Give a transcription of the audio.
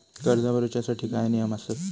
कर्ज भरूच्या साठी काय नियम आसत?